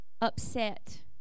upset